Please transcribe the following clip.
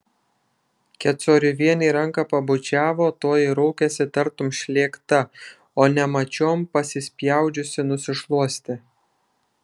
kecoriuvienei ranką pabučiavo toji raukėsi tartum šlėkta o nemačiom pasispjaudžiusi nusišluostė